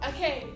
Okay